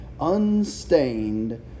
unstained